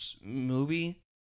movie